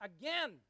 Again